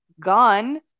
gone